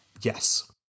Yes